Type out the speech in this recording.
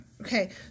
Okay